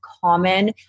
common